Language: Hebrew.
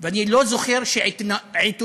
ואני לא זוכר שעיתונאים